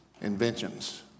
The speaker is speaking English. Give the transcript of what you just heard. Inventions